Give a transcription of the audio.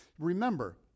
Remember